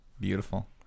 Beautiful